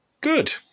good